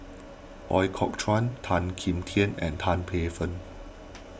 Ooi Kok Chuen Tan Kim Tian and Tan Paey Fern